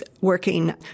working